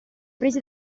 presi